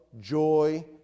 joy